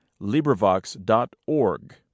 librivox.org